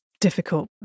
difficult